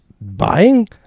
buying